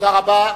תודה רבה.